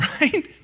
Right